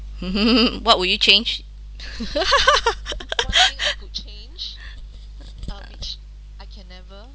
what would you change